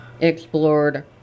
explored